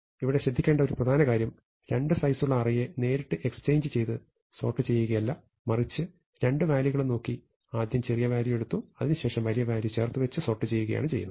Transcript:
ഇവിടെ ശ്രദ്ധിക്കേണ്ട ഒരു പ്രധാന കാര്യം രണ്ടു സൈസുള്ള അറേയെ നേരിട്ട് എക്സ്ചേഞ്ച് ചെയ്തു സോർട്ട് ചെയ്യുകയല്ല മറിച്ച് രണ്ട് വാല്യൂകളും നോക്കി ആദ്യം ചെറിയ വാല്യൂ എടുത്തു അതിനു ശേഷം വലിയ വാല്യൂ ചേർത്തുവെച്ച് സോർട്ട് ചെയ്യുകയാണ് ചെയ്യുന്നത്